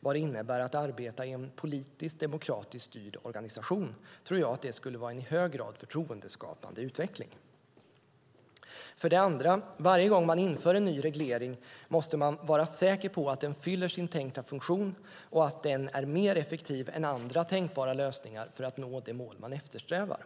vad det innebär att arbeta i en politisk, demokratiskt styrd organisation, tror jag att det skulle vara en i hög grad förtroendeskapande utveckling. För det andra: Varje gång man inför en ny reglering måste man vara säker på att den fyller sin tänkta funktion och att den är mer effektiv än andra tänkbara lösningar för att nå det mål man eftersträvar.